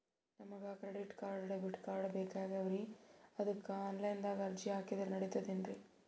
ನಮಗ credit card, debit card ಬೇಕಾಗ್ಯಾವ್ರೀ ಅದಕ್ಕ ಆನಲೈನದಾಗ ಅರ್ಜಿ ಹಾಕಿದ್ರ ನಡಿತದೇನ್ರಿ?